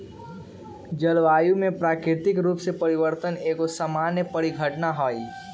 जलवायु में प्राकृतिक रूप से परिवर्तन एगो सामान्य परिघटना हइ